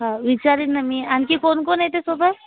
हा विचारीन ना मी आणखी कोण कोण येते सोबत